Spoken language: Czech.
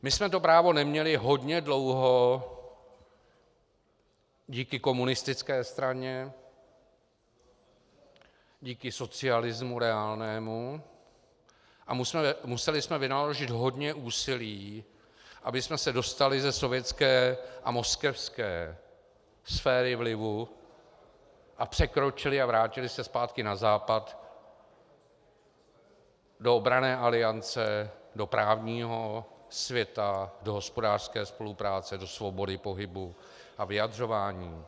My jsme to právo neměli hodně dlouho díky komunistické straně, díky reálnému socialismu a museli jsme vynaložit hodně úsilí, abychom se dostali ze sovětské a moskevské sféry vlivu a překročili a vrátili se zpátky na západ do obranné aliance, do právního světa, do hospodářské spolupráce, do svobody pohybu a vyjadřování.